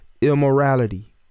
immorality